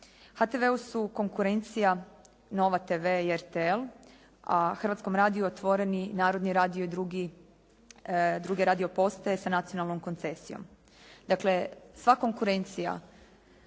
HTV-u su konkurencija Nova TV i RTL, a Hrvatskom radiju: Otvoreni, Narodni radio i druge radio postaje sa nacionalnom koncesijom. Dakle sva konkurencija